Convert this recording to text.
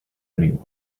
anyone